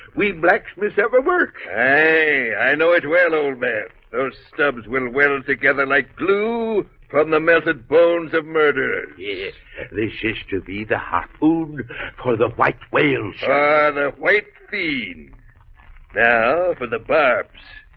we blacksmiths ever work hey, i know it well old mare those stubs will well and together like glue from the method bones of murderers yes, this is to be the hot food for the white whale father white feed now for the burbs